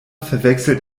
verwechselt